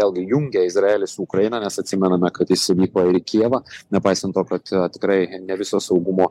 vėlgi jungia izraelį su ukraina nes atsimename kadjis vyko ir į kijevą nepaisant to kad tikrai ne visos saugumo